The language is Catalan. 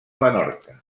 menorca